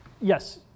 yes